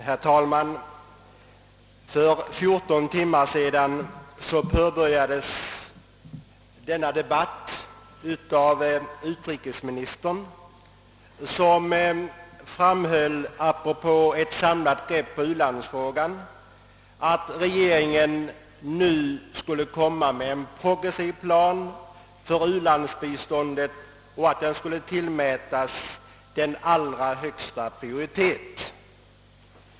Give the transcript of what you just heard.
Herr talman! För 14 timmar sedan påbörjades denna debatt av utrikesministern, som framhöll apropå ett samlat grepp på u-landsfrågan, att regeringen nu skulle komma med en progressiv plan för u-landsbiståndet och att arbetet härmed skulle tillmätas den allra högsta prioritet.